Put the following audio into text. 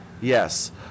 Yes